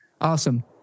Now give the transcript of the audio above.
awesome